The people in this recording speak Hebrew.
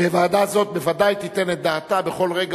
ועדה זו בוודאי תיתן את דעתה בכל רגע